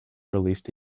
released